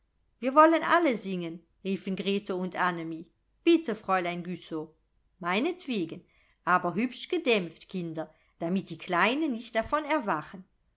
wir wollen alle singen riefen grete und annemie bitte fräulein güssow meinetwegen aber hübsch gedämpft kinder damit die kleinen nicht davon erwachen